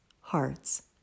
hearts